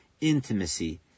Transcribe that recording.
intimacy